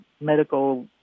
medical